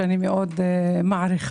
שאני מאוד מעריכה.